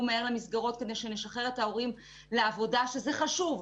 מהר למסגרות כדי שנשחרר את ההורים לעבודה שזה חשוב,